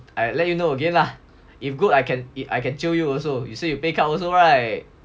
I let you know again lah if good I can I can jio you also you say you pay cut also [right]